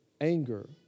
anger